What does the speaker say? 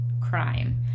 crime